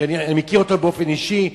כי אני מכיר אותו באופן אישי.